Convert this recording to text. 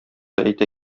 әйтә